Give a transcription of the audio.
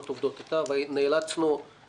לא קטנה --- בניגוד לחוק,